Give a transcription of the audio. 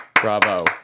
bravo